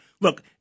Look